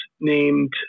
named